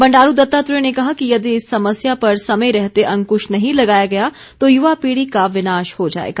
बंडारू दत्तात्रेय ने कहा कि यदि इस समस्या पर समय रहते अंकुश नहीं लगाया गया तो युवा पीढ़ी का विनाश हो जाएगा